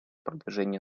продвижение